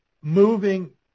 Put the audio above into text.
moving